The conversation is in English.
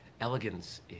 Elegance